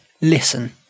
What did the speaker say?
listen